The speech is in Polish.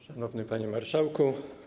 Szanowny Panie Marszałku!